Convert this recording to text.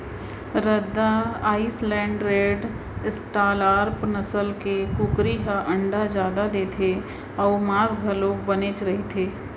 रद्दा island red, Australorp नसल के कुकरी ह अंडा जादा देथे अउ मांस घलोक बनेच रहिथे